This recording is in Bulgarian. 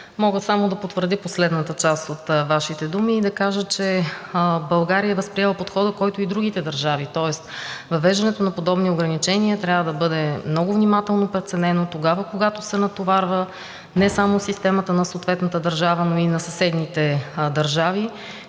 Мога само да потвърдя последната част от Вашите думи и да кажа, че България е възприела подхода, който и другите държави – тоест въвеждането на подобни ограничения трябва да бъде много внимателно преценено тогава, когато се натоварва не само системата на съответната държава, но и на съседните държави,